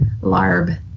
larb